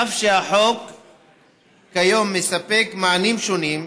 אף שהחוק כיום מספק מענים שונים,